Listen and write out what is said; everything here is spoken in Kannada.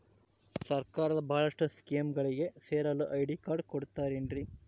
ಸರ್ಕಾರದ ಬಹಳಷ್ಟು ಸ್ಕೇಮುಗಳಿಗೆ ಸೇರಲು ಐ.ಡಿ ಕಾರ್ಡ್ ಕೊಡುತ್ತಾರೇನ್ರಿ?